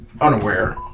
unaware